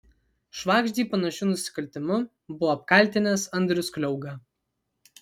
švagždį panašiu nusikaltimu buvo apkaltinęs andrius kliauga